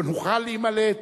לא נוכל להימלט